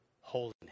holiness